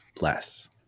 less